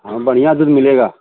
हाँ बढ़िया दूध मिलेगा